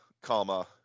comma